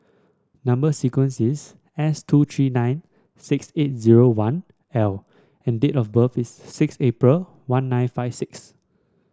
number sequence is S two three nine six eight zero one L and date of birth is six April one nine five six